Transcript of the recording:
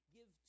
Give